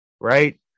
right